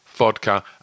vodka